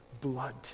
blood